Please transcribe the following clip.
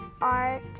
art